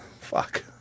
Fuck